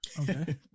Okay